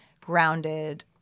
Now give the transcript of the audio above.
grounded